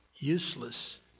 Useless